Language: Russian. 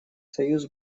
союз